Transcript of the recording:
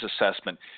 assessment